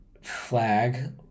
flag